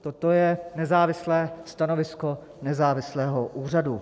Toto je nezávislé stanovisko nezávislého úřadu.